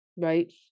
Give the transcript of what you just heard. right